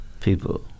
people